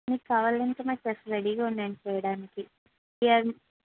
మీకు కావాలంటే మా చీఫ్ రెడీగా ఉన్నాడు చేయడానికి ఏమి